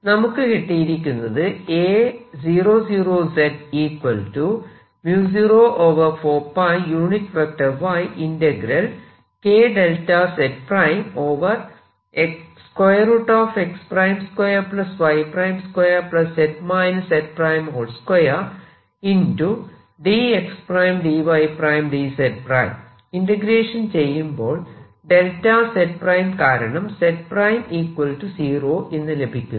നമുക്ക് കിട്ടിയിരിക്കുന്നത് ഇന്റഗ്രേഷൻ ചെയ്യുമ്പോൾ z കാരണം z 0 എന്ന് ലഭിക്കുന്നു